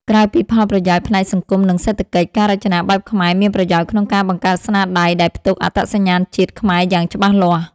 ក្រៅពីផលប្រយោជន៍ផ្នែកសង្គម និងសេដ្ឋកិច្ច ការរចនាបែបខ្មែរមានប្រយោជន៍ក្នុងការបង្កើតស្នាដៃដែលផ្ទុកអត្តសញ្ញាណជាតិខ្មែរយ៉ាងច្បាស់លាស់។